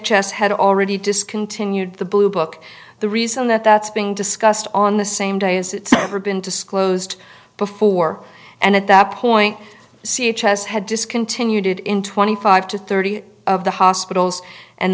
discontinued the blue book the reason that that's being discussed on the same day as it's ever been disclosed before and at that point c h s had discontinued in twenty five to thirty of the hospitals and